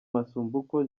masumbuko